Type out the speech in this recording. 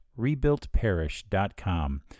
RebuiltParish.com